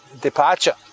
departure